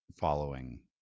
following